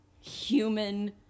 human